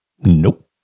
Nope